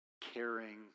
caring